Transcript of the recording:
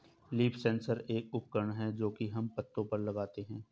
leaf sensor एक उपकरण है जो की हम पत्तो पर लगाते है